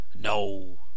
No